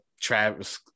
travis